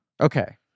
Okay